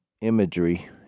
imagery